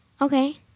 Okay